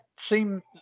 Seem